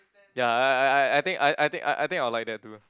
ya I I I I think I I think I think I will like that too